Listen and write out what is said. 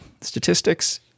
Statistics